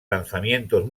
lanzamientos